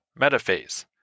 metaphase